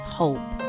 hope